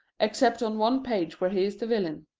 except on one page where he is the villain.